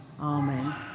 Amen